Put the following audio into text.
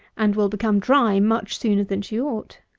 and will become dry much sooner than she ought.